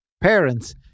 parents